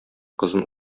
кызын